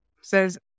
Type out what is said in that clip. says